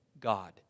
God